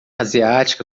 asiática